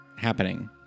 happening